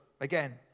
Again